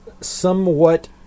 somewhat